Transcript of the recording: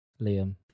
Liam